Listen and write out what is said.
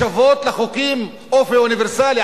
לשוות לחוקים אופי אוניברסלי,